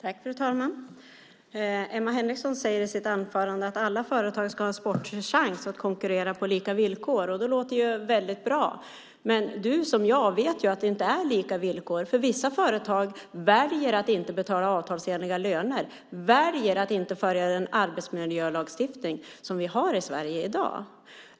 Fru talman! Emma Henriksson säger i sitt anförande att alla företag ska ha en sportslig chans att konkurrera på lika villkor. Det låter ju väldigt bra. Men du vet lika bra som jag att det inte är lika villkor, Emma. Vissa företag väljer att inte betala avtalsenliga löner och väljer att inte följa den arbetsmiljölagstiftning som vi har i Sverige i dag.